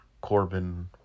Corbin